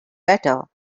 better